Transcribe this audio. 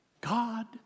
God